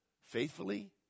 faithfully